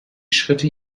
schritte